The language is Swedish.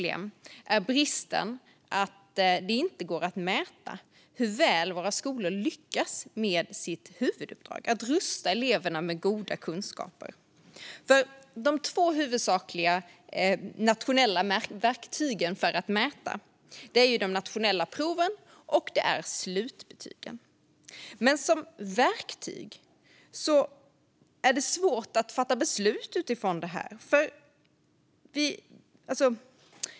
En stor brist är att det inte går att mäta hur väl våra skolor lyckas med sitt huvuduppdrag: att rusta alla elever med goda kunskaper. De två huvudsakliga nationella verktygen för att mäta detta är de nationella proven och slutbetygen. Men det är svårt att fatta beslut utifrån dessa.